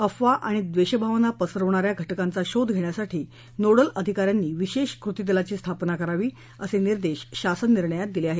अफवा आणि द्वेषभावना पसरवणा या घटकांचा शोध घेण्यासाठी नोडल अधिका यांनी विशेष कृती दलाची स्थापना करावी असे निर्देश शासन निर्णयात दिले आहेत